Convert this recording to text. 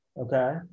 Okay